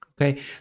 Okay